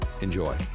Enjoy